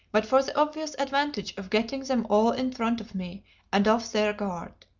but for the obvious advantage of getting them all in front of me and off their guard.